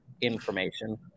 information